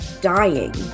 dying